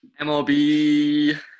MLB